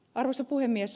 arvoisa puhemies